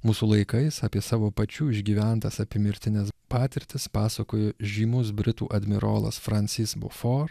mūsų laikais apie savo pačių išgyventas apiemirtines patirtis pasakojo žymus britų admirolas francis bofor